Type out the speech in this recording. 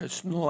יש נוהל.